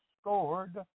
scored